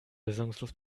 besinnungslos